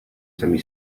sami